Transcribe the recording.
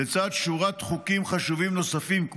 לצד שורת חוקים חשובים נוספים,